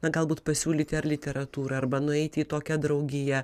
na galbūt pasiūlyti ar literatūrą arba nueiti į tokią draugiją